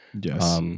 Yes